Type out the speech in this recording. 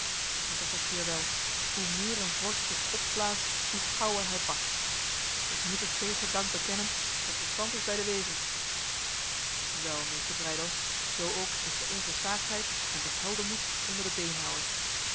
maar gij zegt het zeer wel hoe meer een vors zich opblaast hoe gauwer hij barst ik moet het tegen dank bekennen het verstand is bij de wevers wel meester breydel zo ook is de onversaagdheid en de heldenmoed onder de beenhouwers